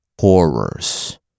horrors